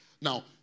Now